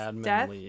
death